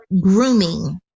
grooming